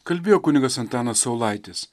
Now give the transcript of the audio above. kalbėjo kunigas antanas saulaitis